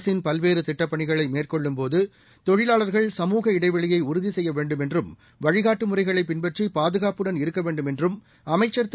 அரசின் பல்வேறு திட்டப்பணிகளை மேற்கொள்ளும் போது தொழிலாளர்கள் சமூக இடைவெளியை உறுதி செய்ய வேண்டும் என்றும் வழிகாட்டு முறைகளை பின்பற்றி பாதுகாப்புடன் இருக்க வேண்டும் என்றும் அமைச்சர் திரு